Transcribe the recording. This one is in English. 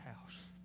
house